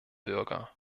bürger